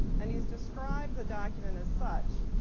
and he's described the document as such.